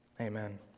Amen